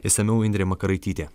išsamiau indrė makaraitytė